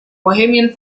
bohemian